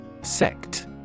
Sect